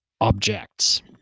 objects